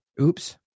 Oops